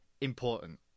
important